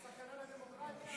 זו סכנה לדמוקרטיה?